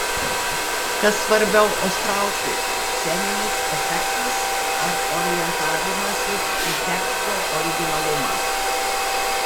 kas svarbiau ostrauskui sceninis efektas ar orientavimasis į teksto originalumą